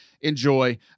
enjoy